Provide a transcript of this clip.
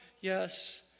yes